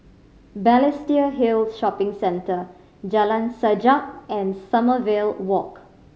Balestier Hill Shopping Centre Jalan Sajak and Sommerville Walk